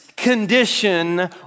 condition